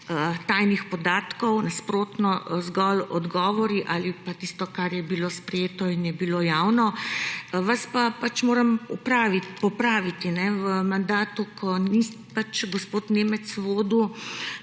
tajnih podatkov, nasprotno, zgolj odgovori ali pa tisto, kar je bilo sprejeto in je bilo javno. Vas pa pač moram popraviti: v mandatu, ko niste, gospod Nemec, vodili